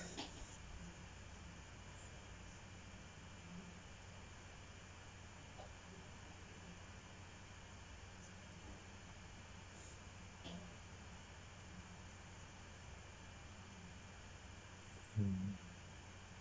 hmm